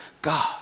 God